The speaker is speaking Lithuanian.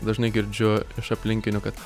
dažnai girdžiu iš aplinkinių kad